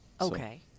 Okay